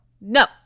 No